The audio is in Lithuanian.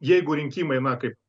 jeigu rinkimai na kaip